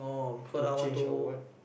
to change or what